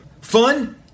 fun